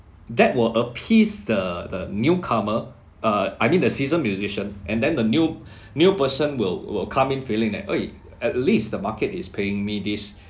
that were appease the the newcomer uh I mean the seasoned musician and then the new new person will will come in feeling that ah at least the market is paying me this